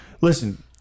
listen